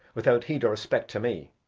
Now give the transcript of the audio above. without heed or respect to me,